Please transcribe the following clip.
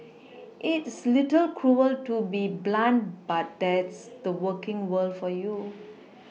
it's little cruel to be blunt but that's the working world for you